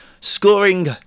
scoring